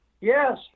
Yes